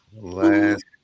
Last